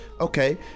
okay